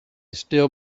still